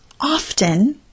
Often